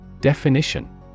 Definition